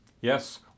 Yes